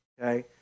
okay